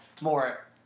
More